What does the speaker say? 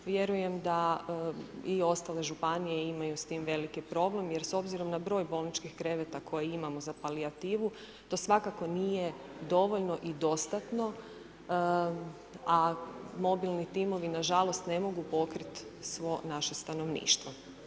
Vjerujem da i ostale županije imaju s tim veliki problem jer s obzirom na broj bolničkih kreveta koje imamo za palijativu to svakako nije dovoljno i dostatno, a mobilni timovi nažalost ne mogu pokrit svo naše stanovništvo.